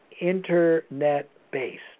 Internet-based